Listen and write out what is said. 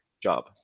job